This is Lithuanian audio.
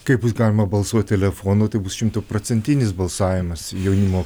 kai bus galima balsuoti telefonu tai bus šimtaprocentinis balsavimas jaunimo